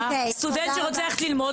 סטודנט שרוצה ללכת ללמוד,